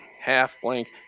half-blank